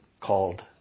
called